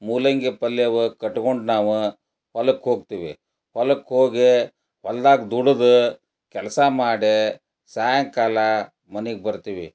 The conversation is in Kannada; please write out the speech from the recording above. ಮೂಲಂಗಿ ಪಲ್ಯ ಅವ ಕಟ್ಕೊಂಡು ನಾವು ಹೊಲಕ್ಕೆ ಹೋಗ್ತೀವಿ ಹೊಲಕ್ಕೆ ಹೋಗಿ ಹೊಲ್ದಾಗ ದುಡಿದ ಕೆಲಸ ಮಾಡಿಯೇ ಸಾಯಂಕಾಲ ಮನೆಗೆ ಬರ್ತೀವಿ